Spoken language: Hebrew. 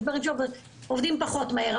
יש דברים שעובדים פחות מהר,